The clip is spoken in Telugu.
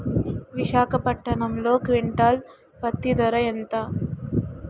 విశాఖపట్నంలో క్వింటాల్ పత్తి ధర ఎంత?